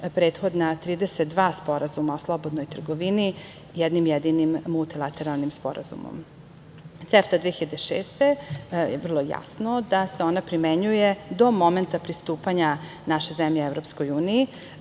prethodna 32 sporazuma o slobodnoj trgovini jednim jedinim multilateralnim sporazumom. Vrlo je jasno da se CEFTA 2006. primenjuje do momenta pristupanja naše zemlje EU,